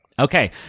Okay